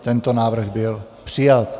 Tento návrh byl přijat.